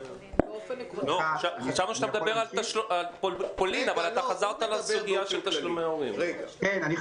חשבנו שאתה מדבר על פולין, כי זה